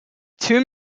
two